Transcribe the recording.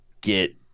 get